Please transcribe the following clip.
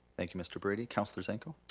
thank you mr. brady, councilor zanko?